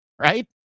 right